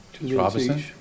Robinson